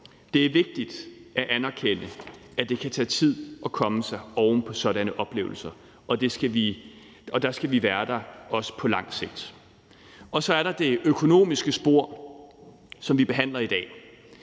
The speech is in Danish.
Det er vigtigt at anerkende, at det kan tage tid at komme sig oven på sådanne oplevelser, og der skal vi være der, også på lang sigt. Så er der det økonomiske spor, som vi behandler i dag.